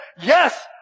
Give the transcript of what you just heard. Yes